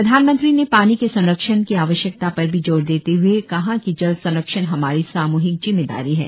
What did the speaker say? प्रधानमंत्री ने पानी के संरक्षण की आवश्यकता पर भी जोर देते हए कहा कि जल संरक्षण हमारी सामूहिक जिम्मेदारी है